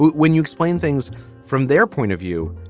when you explain things from their point of view,